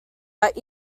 but